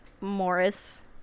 Morris